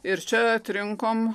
ir čia atrinkom